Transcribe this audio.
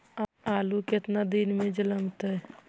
आलू केतना दिन में जलमतइ?